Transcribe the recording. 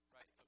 Right